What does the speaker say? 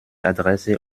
adresse